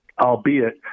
albeit